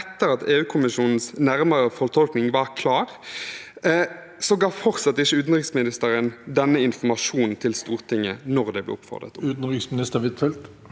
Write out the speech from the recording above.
etter at EU-kommisjonens nærmere fortolkning var klar, ga fortsatt ikke utenriksministeren denne informasjonen til Stortinget når det ble oppfordret om det? Utenriksminister Anniken